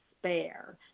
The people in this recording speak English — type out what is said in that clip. spare